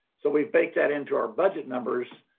so we baked that into our budget numbers.